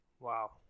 Wow